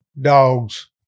dogs